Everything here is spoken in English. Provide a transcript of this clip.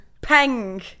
peng